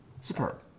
superb